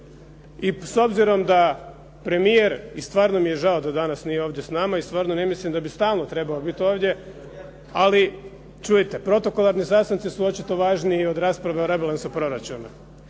i s obzirom da premijer, i stvarno mi je žao da danas nije ovdje s nama i stvarno ne mislim da bi stalno trebao biti ovdje, ali čujte. Protokolarni sastanci su očito važniji od rasprave o rebalansu proračuna.